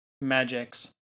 Magics